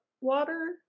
water